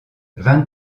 vingt